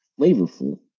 flavorful